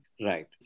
Right